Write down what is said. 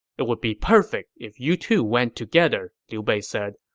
it would be perfect if you two went together, liu bei said.